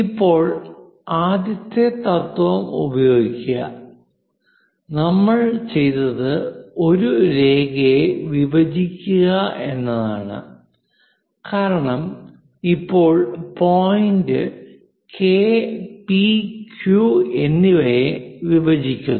ഇപ്പോൾ ആദ്യത്തെ തത്വം ഉപയോഗിക്കുക നമ്മൾ ചെയ്തത് ഒരു രേഖയെ വിഭജിക്കുക എന്നതാണ് കാരണം ഇപ്പോൾ പോയിന്റ് K P Q എന്നിവയെ വിഭജിക്കുന്നു